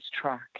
track